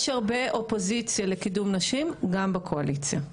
יש הרבה אופוזיציה לקידום נשים גם בקואליציה,